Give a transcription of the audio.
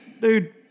dude